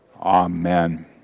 Amen